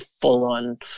full-on